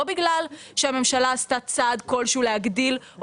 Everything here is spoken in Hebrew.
לא בגלל שהממשלה עשתה צעד כלשהו להגדיל או